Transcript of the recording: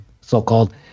so-called